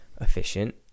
efficient